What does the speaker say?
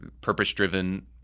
purpose-driven